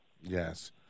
Yes